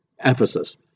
Ephesus